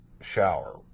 shower